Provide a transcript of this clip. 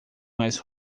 mais